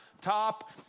top